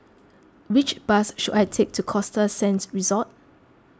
which bus should I take to Costa Sands Resort